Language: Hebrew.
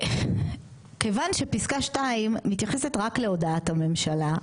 כיוון שפסקה 2 מתייחסת רק להודעת הממשלה,